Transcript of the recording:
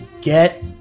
get